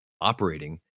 operating